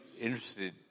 interested